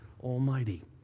Almighty